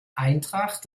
eintracht